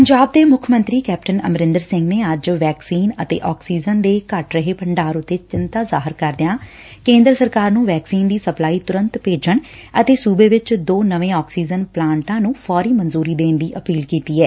ਪੰਜਾਬ ਦੇ ਮੁੱਖ ਮੰਤਰੀ ਕੈਪਟਨ ਅਮਰਿੰਦਰ ਸਿੰਘ ਨੇ ਅੱਜ ਵੈਕਸੀਨ ਅਤੇ ਆਕਸੀਜਨ ਦੇ ਘਟੇ ਰਹੇ ਭੰਡਾਰ ਉਡੇ ਚਿੰਤਾ ਜਾਹਰ ਕਰਦਿਆਂ ਕੇਂਦਰ ਸਰਕਾਰ ਨੰ ਵੈਕਸੀਨ ਦੀ ਸਪਲਾਈ ਤੁਰੰਤ ਭੇਜਣ ਅਤੇ ਸੁਬੇ ਵਿਚ ਦੋ ਨਵੇਂ ਆਕਸੀਜਨ ਪਲਾਂਟ ਨੰ ਫੌਰੀ ਮਨਜੁਰੀ ਦੇਣ ਦੀ ਅਪੀਲ ਕੀਤੀ ਏ